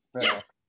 yes